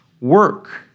work